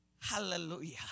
hallelujah